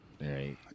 Right